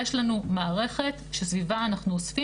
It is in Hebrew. יש לנו מערכת שסביבה אנחנו אוספים